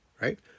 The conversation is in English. right